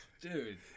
dude